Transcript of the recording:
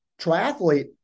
triathlete